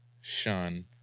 shun